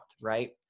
Right